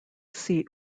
seat